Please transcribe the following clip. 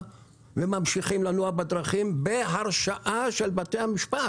וממשיכים לנוע בדרכים בהרשעה של בתי המשפט.